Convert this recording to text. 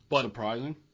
Surprising